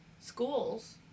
schools